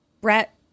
Brett